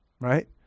Right